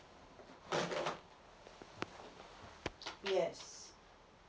yes